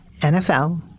NFL